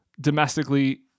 domestically